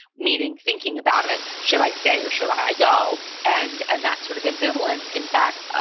meaning, thinking about it, should i stay or should i go? and and that's sort of ambivalence, in fact,